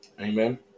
Amen